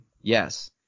yes